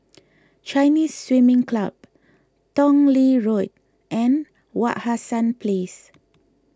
Chinese Swimming Club Tong Lee Road and Wak Hassan Place